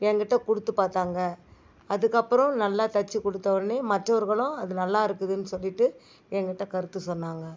எங்கிட்ட கொடுத்துப் பார்த்தாங்க அதுக்கப்புறம் நல்லா தைச்சுக் கொடுத்த உடனே மற்றவர்களும் அது நல்லாயிருக்குதுன்னு சொல்லிட்டு எங்கிட்ட கருத்து சொன்னாங்க